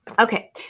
Okay